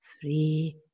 three